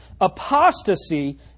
Apostasy